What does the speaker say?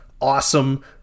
awesome